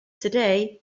today